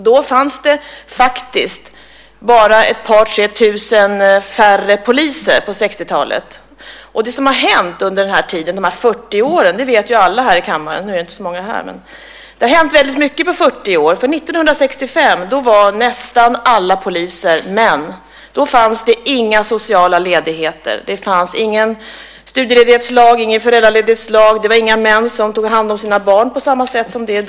På 1960-talet var antalet poliser bara ett par tre tusen mindre än i dag. Alla här i kammaren, även om det inte är så många här just nu, vet att det har hänt mycket på 40 år. 1965 var nästan alla poliser män. Då fanns det inga sociala ledigheter. Det fanns ingen studieledighetslag och ingen föräldraledighetslag. Det var inga män som tog hand om sina barn på samma sätt som i dag.